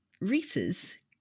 Reese's